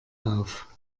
auf